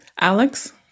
Alex